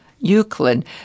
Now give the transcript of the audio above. Euclid